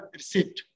receipt